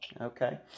Okay